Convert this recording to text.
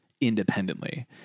independently